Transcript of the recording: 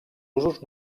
usos